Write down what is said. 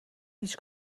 هیچ